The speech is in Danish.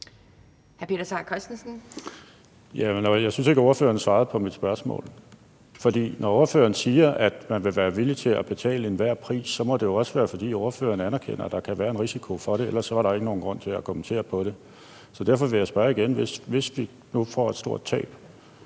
Jeg synes ikke, at ordføreren svarede på mit spørgsmål. For når ordføreren siger, at man er villig til at betale enhver pris, så må det jo også være, fordi ordføreren anerkender, at der kan være en risiko for, at det bliver en høj pris. Ellers var der jo ikke nogen grund til at kommentere på det. Så derfor vil jeg spørge igen: Hvis vi nu får et stort tab